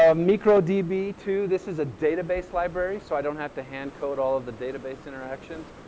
um e k r o d b two, this is a database library so i don't have to hand code all of the database interactions.